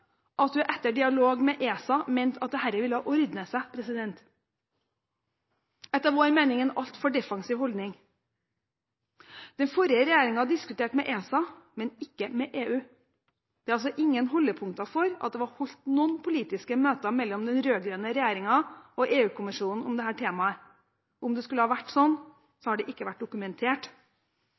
at hun etter dialog med ESA mente at dette ville ordne seg. Dette er etter vår mening en altfor defensiv holdning. Den forrige regjeringen diskuterte med ESA, men ikke med EU. Det er altså ingen holdepunkter for at det var holdt noen politiske møter mellom den rød-grønne regjeringen og EU-kommisjonen om dette temaet. Om det skulle ha vært sånn, har det ikke vært dokumentert.